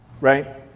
right